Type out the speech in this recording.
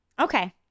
Okay